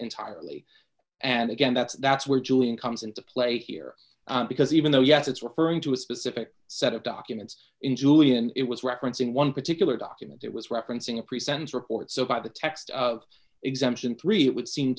entirely and again that's that's where julian comes into play here because even though yes it's referring to a specific set of documents in julian it was referencing one particular document it was referencing a pre sentence reports about the text of exemption three it would seem